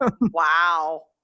Wow